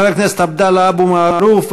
חבר הכנסת עבדאללה אבו מערוף,